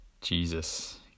Jesus